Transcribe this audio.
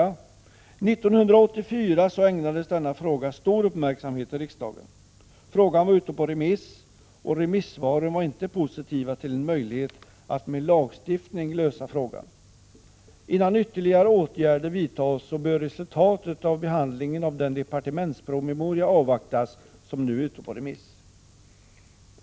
År 1984 ägnades denna fråga stor uppmärksamhet i riksdagen. Frågan var ute på remiss. Remissvaren var inte positiva till att med lagstiftning lösa problemet. Innan ytterligare åtgärder vidtas bör resultatet av behandlingen av den departementspromemoria avvaktas som nu är ute på remiss.